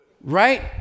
Right